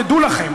תדעו לכם,